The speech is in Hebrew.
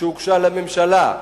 שהוגש לממשלה.